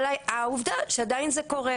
אבל העובדה היא שזה עדיין קורה.